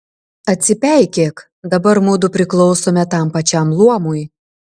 atsipeikėk dabar mudu priklausome tam pačiam luomui